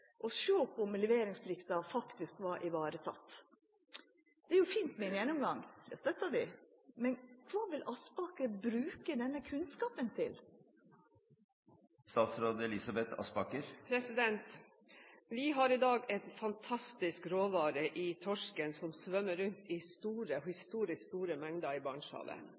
sjå på om leveringsplikta faktisk var vareteken. Det er fint med ein gjennomgang – det støttar vi – men kva vil statsråd Aspaker bruka denne kunnskapen til? Vi har i dag en fantastisk råvare i torsken som svømmer rundt i historisk store mengder i